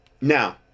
now